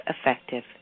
effective